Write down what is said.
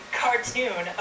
cartoon